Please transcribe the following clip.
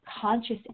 conscious